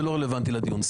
זה לא רלוונטי לדיון.